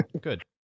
Good